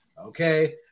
okay